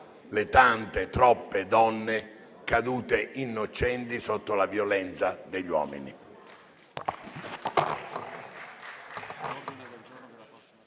le tante, troppe donne cadute innocenti sotto la violenza degli uomini.